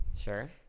Sure